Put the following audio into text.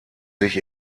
sich